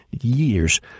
years